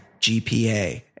GPA